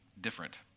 different